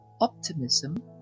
optimism